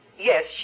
Yes